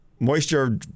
Moisture